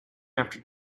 after